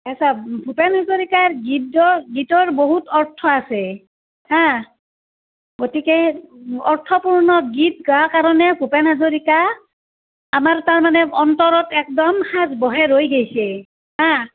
আচ্ছা ভূপেন হাজৰিকাৰ গীতৰ গীতৰ বহুত অৰ্থ আছে হা গতিকে অৰ্থপূৰ্ণ গীত গোৱাৰ কাৰণে ভূপেন হাজৰিকা আমাৰ তাৰমানে অন্তৰত একদম সাঁচ বহাই ৰৈ গৈছে হা